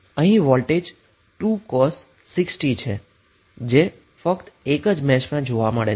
અહી voltage 2 cos 6t છે જે ફક્ત મેશ 1 માં જોવા મળે છે